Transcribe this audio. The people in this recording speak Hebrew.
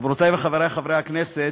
חברותי וחברי חברי הכנסת,